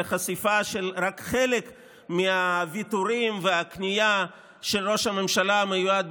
חשיפה של רק חלק מהוויתורים והכניעה של ראש הממשלה המיועד,